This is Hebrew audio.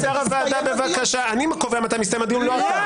אני קובע מתי מסתיים הדיון, לא אתה.